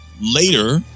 later